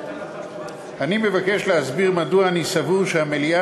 אני מבקש להסביר מדוע אני סבור שהמליאה